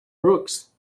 brooks